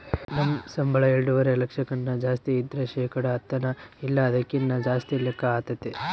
ನಮ್ ಸಂಬುಳ ಎಲ್ಡುವರೆ ಲಕ್ಷಕ್ಕುನ್ನ ಜಾಸ್ತಿ ಇದ್ರ ಶೇಕಡ ಹತ್ತನ ಇಲ್ಲ ಅದಕ್ಕಿನ್ನ ಜಾಸ್ತಿ ಲೆಕ್ಕ ಆತತೆ